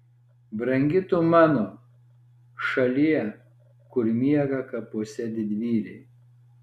brangi tu mano šalie kur miega kapuose didvyriai